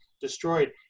destroyed